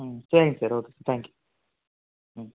ம் சரிங்க sir okay thank you ம்